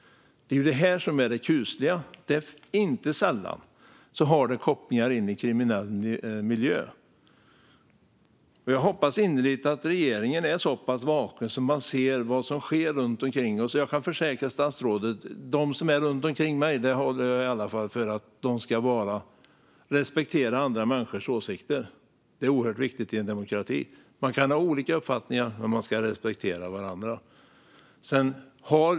Det är detta som är det kusliga. Inte sällan har det kopplingar till kriminell miljö. Jag hoppas innerligt att regeringen är så pass vaken att den ser vad som sker runt omkring oss. Jag kan försäkra statsrådet att de som finns runt omkring mig respekterar andra människors åsikter. Det är oerhört viktigt i en demokrati. Man kan ha olika uppfattningar, men man ska respektera varandra.